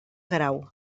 grau